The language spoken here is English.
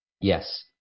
Yes